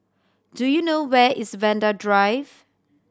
do you know where is Vanda Drive